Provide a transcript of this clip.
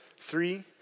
Three